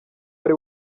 ari